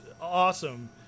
awesome